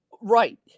Right